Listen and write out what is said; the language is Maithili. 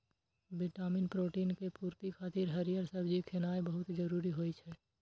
विटामिन, प्रोटीन के पूर्ति खातिर हरियर सब्जी खेनाय बहुत जरूरी होइ छै